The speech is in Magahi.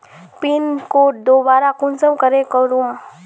पिन कोड दोबारा कुंसम करे करूम?